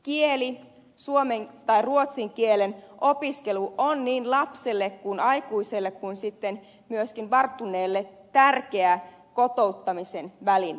kieli suomen tai ruotsin kielen opiskelu on niin lapselle aikuiselle kuin sitten myöskin varttuneelle tärkeä kotouttamisen väline